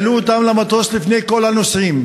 והעלו אותנו למטוס לפני כל הנוסעים.